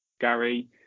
Gary